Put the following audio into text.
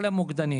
כל המוקדנים